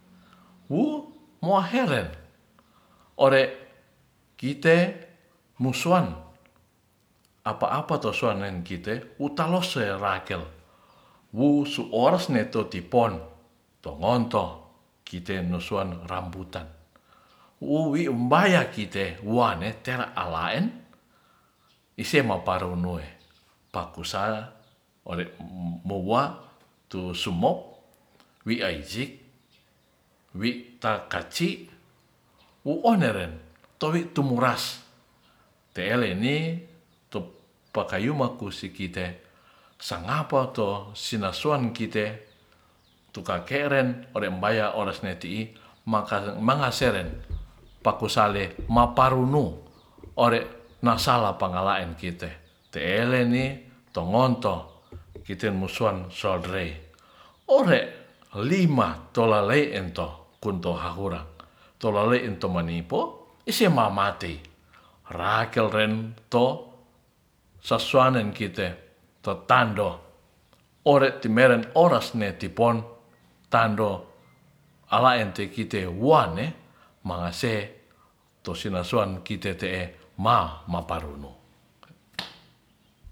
Wu moaheren ore kite musuan apa apatu suan kite utalose rakel wu su oras ne totipon tongonto kite nusuan rambutan wuwi mbayakite wane tera alaen isema parunue pakusa ore mouwa tu sumok wiaijik wi'takaci wu oneren towi tumuras teeleni pakayumaku sikite sangapato sinassuan kite tukakeren orembaya oresnetii mangaseren pakusale maparunu ore' nasala pangalaen kite teleni tongonto kite musuan solderei ore lima tolelei ento kunto hahura totelei into manipo ise mamatei rakelren to sasuanen kite totando ore timeren oresne tipon tando alaen tekite wuane mangase tosinasuan ma maparunu.